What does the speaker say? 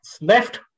left